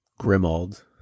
Grimald